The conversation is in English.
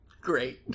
great